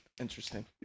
Interesting